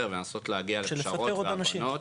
לפטר עוד אנשים.